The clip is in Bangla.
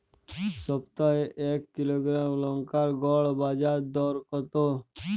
সপ্তাহে এক কিলোগ্রাম লঙ্কার গড় বাজার দর কতো?